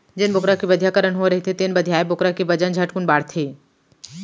जेन बोकरा के बधियाकरन होए रहिथे तेन बधियाए बोकरा के बजन झटकुन बाढ़थे